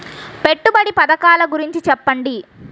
పెట్టుబడి పథకాల గురించి చెప్పండి?